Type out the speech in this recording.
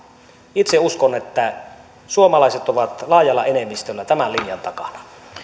itse uskon että suomalaiset ovat laajalla enemmistöllä tämän linjan takana